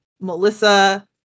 Melissa